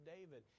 David